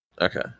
Okay